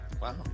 Wow